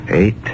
Eight